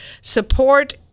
support